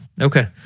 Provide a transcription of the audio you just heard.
Okay